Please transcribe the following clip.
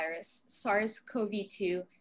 SARS-CoV-2